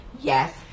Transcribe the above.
Yes